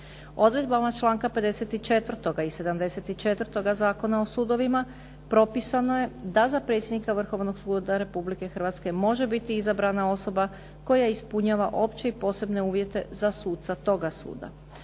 Odredbama članka 54. i 74. Zakona o sudovima propisano je da za predsjednika Vrhovnog suda Republike Hrvatske može biti izabrana osoba koja ispunjava opće i posebne uvjete za suca toga suda.